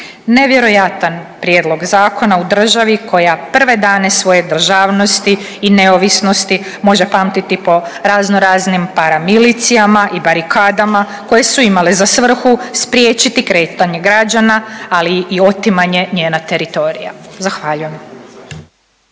nevjerojatna prijedlog zakona u državi koja prve dane svoje državnosti i neovisnosti može pamtiti po razno raznim para milicijama i barikadama koje su imale za svrhu spriječiti kretanje građana, ali i otimanje njena teritorija, zahvaljujem.